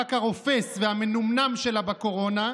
במאבק הרופס והמנומנם שלה בקורונה,